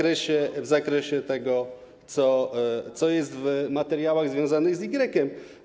Tyle w zakresie tego, co jest w materiałach związanych z igrekiem.